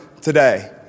today